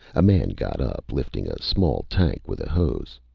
a man got up, lifting a small tank with a hose.